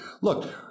Look